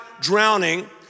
drowning